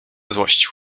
złościł